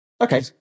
Okay